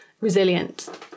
resilient